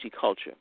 culture